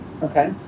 Okay